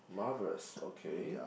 marvellous okay